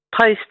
post